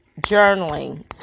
journaling